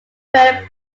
when